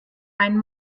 ein